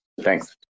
Thanks